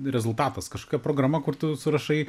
rezultatas kažkokia programa kur tu surašai